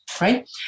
right